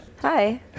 Hi